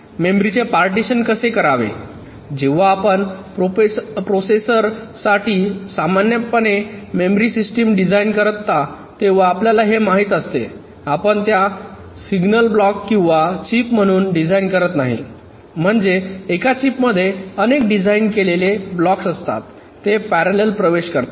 मेमरीचे पार्टीशन कसे करावे जेव्हा आपण प्रोसेसर साठी सामान्यपणे मेमरी सिस्टम डिझाइन करता तेव्हा आपल्याला हे माहित असते आपण त्यास सिंगल ब्लॉक किंवा चिप म्हणून डिझाइन करत नाही म्हणजे एका चिपमध्ये अनेक डिझाइन केलेले ब्लॉक्स असतात ते पॅरेलेल प्रवेश करतात